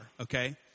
okay